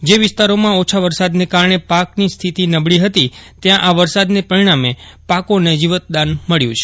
જે વિસ્તારોમાં ઓછાં વરસાદને કારણે પાક સ્થિતિ નબળી હતી ત્યાં આ વરસાદને પરિષ્ઠામે પાકોને જીવતદાન મળ્યું છે